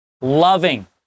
Loving